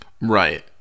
right